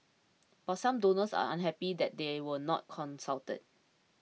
but some donors are unhappy that they were not consulted